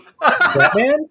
batman